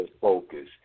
focus